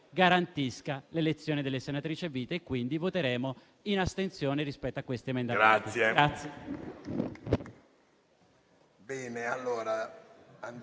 garantisca le elezioni delle senatrici a vita: quindi voteremo in astensione rispetto a questo emendamento.